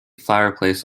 fireplace